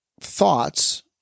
thoughts